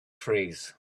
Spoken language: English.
trees